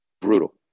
Brutal